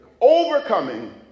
overcoming